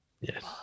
Yes